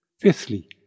Fifthly